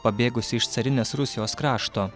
pabėgusi iš carinės rusijos krašto